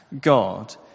God